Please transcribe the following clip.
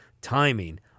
timing